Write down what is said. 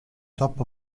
top